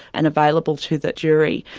and available to the jury,